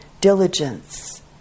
diligence